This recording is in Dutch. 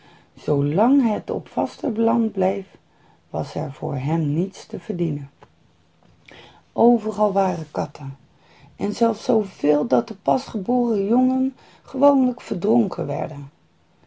zoo lang hij op het vaste land bleef was er voor hem niets te verdienen overal waren katten en zelfs zveel dat de pasgeboren jongen gewoonlijk verdronken werden